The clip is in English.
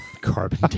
Carbon